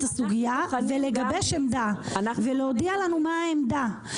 הסוגיה ולגבש עמדה ולהודיע לנו מה העמדה.